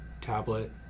tablet